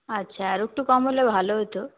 আচ্ছা আরও একটু কম হলে ভালো হত